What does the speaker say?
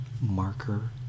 marker